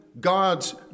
God's